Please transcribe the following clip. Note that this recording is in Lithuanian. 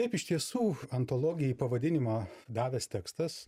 taip iš tiesų antologijai pavadinimą davęs tekstas